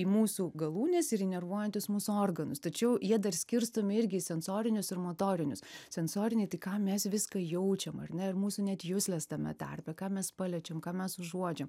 į mūsų galūnes ir įnervuojantys mūsų organus tačiau jie dar skirstomi irgi į sensorinius ir motorinius sensoriniai tai ką mes viską jaučiam ar ne ir mūsų net juslės tame tarpe ką mes paliečiam ką mes užuodžiam